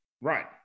Right